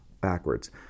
backwards